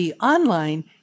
online